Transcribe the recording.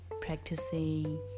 practicing